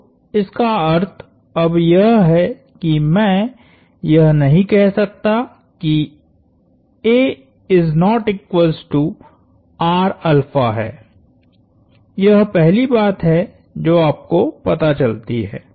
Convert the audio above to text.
तो इसका अर्थ अब यह है कि मैं यह नहीं कह सकता किहै यह पहली बात है जो आपको पता चलती है